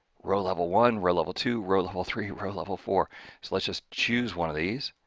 rowlevel one, rowlevel two, rowlevel three, rowlevel four. so let's just choose one of these.